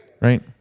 Right